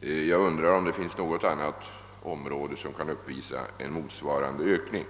Jag undrar om något annat område kan uppvisa motsvarande ökning.